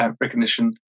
recognition